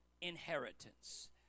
inheritance